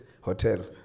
Hotel